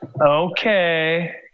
Okay